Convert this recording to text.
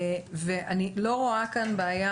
אני לא רואה כאן בעיה,